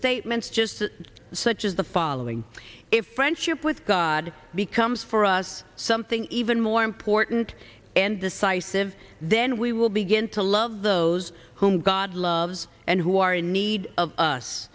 statements just such as the following a friendship with god becomes for us something even more important and decisive then we will begin to love those whom god loves and who are in need of us